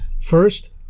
First